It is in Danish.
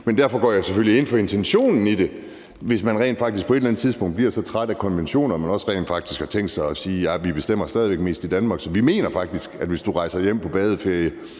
Men derfor går jeg selvfølgelig ind for intentionen i det, hvis man rent faktisk på et eller andet tidspunkt bliver så træt af konventionerne, at man har tænkt sig at sige: Ja, vi bestemmer stadig væk mest i Danmark, så vi mener faktisk, at hvis du rejser hjem på badeferie